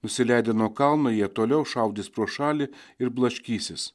nusileidę nuo kalno jie toliau šaudys pro šalį ir blaškysis